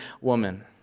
woman